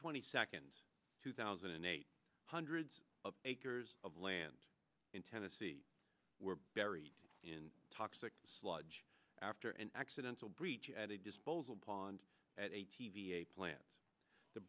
twenty second two thousand and eight hundreds of acres of land in tennessee were buried in toxic sludge after an accidental breach at a disposal pond at a t v a plant the